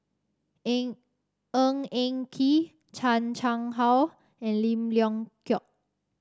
Eng Ng Eng Kee Chan Chang How and Lim Leong Geok